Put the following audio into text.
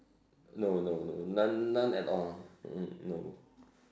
no no no none none at all mm no